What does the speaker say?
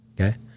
okay